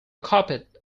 carpet